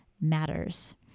matters